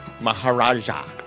Maharaja